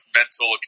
mental